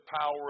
power